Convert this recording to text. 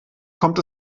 kommt